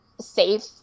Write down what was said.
safe